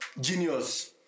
genius